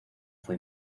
fue